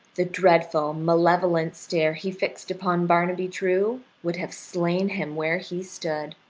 the dreadful malevolent stare he fixed upon barnaby true would have slain him where he stood.